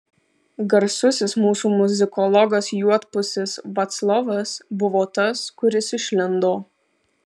garsusis mūsų muzikologas juodpusis vaclovas buvo tas kuris išlindo